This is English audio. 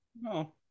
No